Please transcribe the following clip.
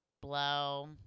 blow